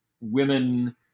women